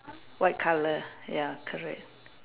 white colour ya correct